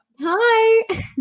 Hi